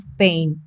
pain